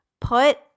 put